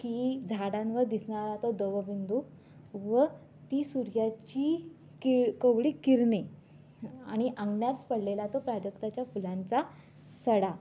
की झाडांवर दिसणारा तो दवबिंदू व ती सूर्याची किळ कोवळी किरणे आणि अंगणात पडलेला तो प्राजक्ताच्या फुलांचा सडा